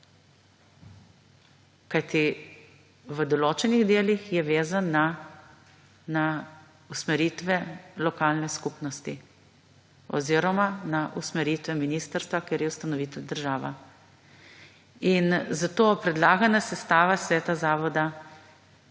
Kajti, v določenih je vezan na usmeritve lokalne skupnosti oziroma na usmeritve ministrstva, ker je ustanovitelj država. In zato predlagana sestava sveta zavoda,